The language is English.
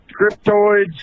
cryptoids